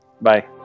Bye